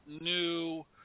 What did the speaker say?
new